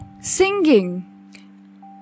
singing